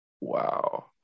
wow